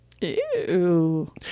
Ew